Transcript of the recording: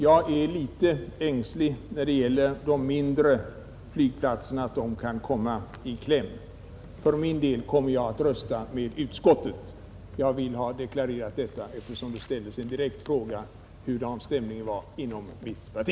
Jag är onekligen litet ängslig för att de mindre flygplatserna eljest kan komma i kläm. För min del kommer jag att rösta med utskottet. Jag vill ha deklarerat detta, eftersom det ställdes en direkt fråga om hur ställningen var inom mitt parti.